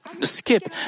skip